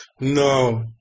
No